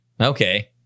Okay